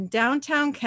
downtown